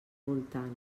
voltant